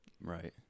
Right